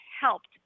helped